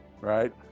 Right